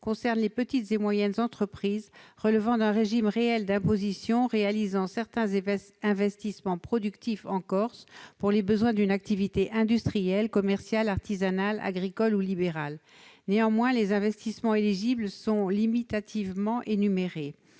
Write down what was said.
concerne les petites et moyennes entreprises relevant d'un régime réel d'imposition et réalisant certains investissements productifs en Corse pour les besoins d'une activité industrielle, commerciale, artisanale, agricole ou libérale. Néanmoins, les investissements éligibles sont limitativement énumérés,